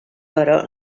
però